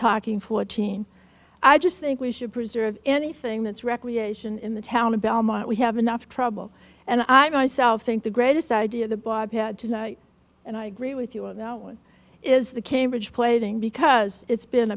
talking fourteen i just think we should preserve anything that's recreation in the town in belmont we have enough trouble and i myself think the greatest idea the bob had tonight and i agree with you on that one is the cambridge plaiting because it's been